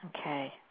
Okay